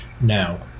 Now